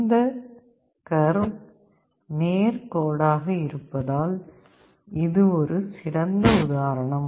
இந்த கர்வு நேர்கோடாக இருப்பதால் இது ஒரு சிறந்த உதாரணம்